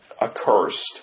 Accursed